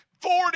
Forty